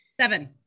Seven